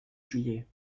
juillet